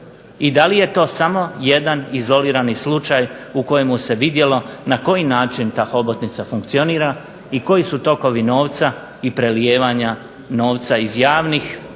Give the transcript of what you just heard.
i da li je to samo jedan izolirani slučaj u kojemu se vidjelo na koji način ta hobotnica funkcionira i koji su tokovi novca i prelijevanja novca iz javnih